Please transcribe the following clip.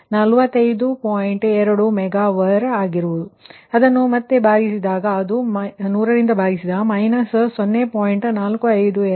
2 mega var ಆದ್ದರಿಂದ 100 ರಿಂದ ಭಾಗಿಸಿದಾಗ ಅದು −0